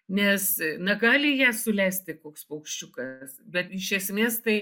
nes na gali ją sulesti koks paukščiukas bet iš esmės tai